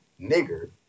nigger